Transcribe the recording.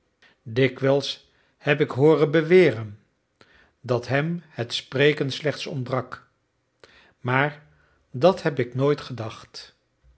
dikwijls heb ik hooren beweren dat hem het spreken slechts ontbrak maar dat heb ik nooit gedacht